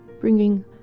bringing